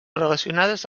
relacionades